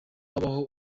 habaho